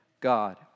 God